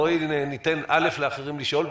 בואי ניתן א' לאחרים לשאול,